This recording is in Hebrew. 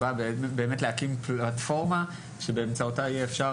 והיא באה להקים פלטפורמה שבאמצעותה אפשר